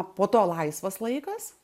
po to laisvas laikas